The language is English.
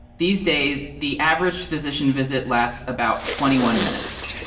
these days the average physician visit lasts about twenty one minutes.